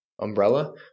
umbrella